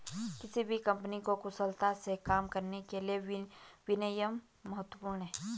किसी भी कंपनी को कुशलता से काम करने के लिए विनियम महत्वपूर्ण हैं